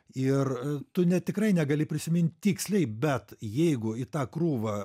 ir tu ne tikrai negali prisimint tiksliai bet jeigu į tą krūvą